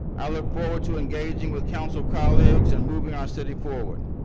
i look forward to engaging with council colleagues and moving our city forward.